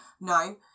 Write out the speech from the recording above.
no